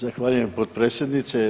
Zahvaljujem potpredsjednice.